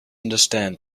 understand